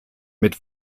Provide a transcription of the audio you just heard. mit